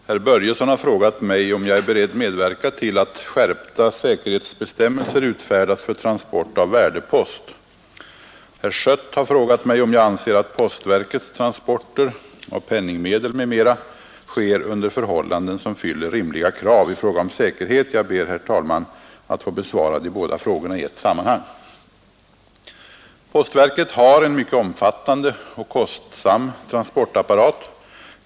Herr talman! Herr Börjesson i Falköping har frågat mig om jag är beredd medverka till att skärpta säkerhetsbestämmelser utfärdas för transport av värdepost. Herr Schött har frågat mig om jag anser att postverkets transporter av penningmedel m.m. sker under förhållanden som fyller rimliga krav i fråga om säkerhet. Jag ber att få besvara de båda frågorna i ett sammanhang. Postverket har en mycket omfattande och kostsam transportapparat.